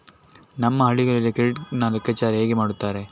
ನಮ್ಮ ಹಳ್ಳಿಗಳಲ್ಲಿ ಕ್ರೆಡಿಟ್ ನ ಲೆಕ್ಕಾಚಾರ ಹೇಗೆ ಮಾಡುತ್ತಾರೆ?